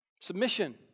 Submission